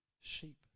sheep